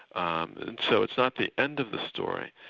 and so it's not the end of the story,